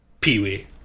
Pee-wee